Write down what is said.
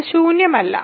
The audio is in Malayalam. അത് ശൂന്യമല്ല